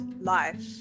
life